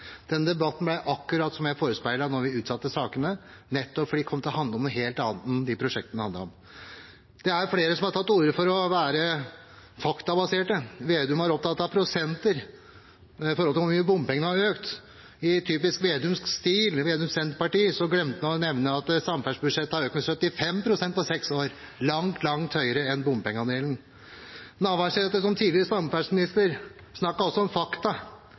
Denne debatten ble akkurat slik jeg forespeilet da vi utsatte sakene, at det kom til å handle om noe helt annet enn de prosjektene den handler om. Det er flere som har tatt til orde for å være faktabaserte. Representanten Slagsvold Vedum var opptatt av prosenter i forhold til hvor mye bompengene har økt. I typisk vedumsk stil, Slagsvold Vedums Senterparti, glemte han å nevne at samferdselsbudsjettet har økt med 75 pst. på seks år. Det er langt, langt høyere enn bompengeandelen. Navarsete, som tidligere samferdselsminister, snakket også om fakta,